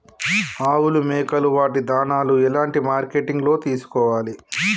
ఆవులు మేకలు వాటి దాణాలు ఎలాంటి మార్కెటింగ్ లో తీసుకోవాలి?